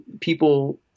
people